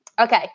Okay